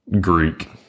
Greek